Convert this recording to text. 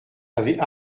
avaient